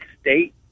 state